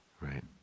Right